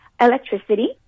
electricity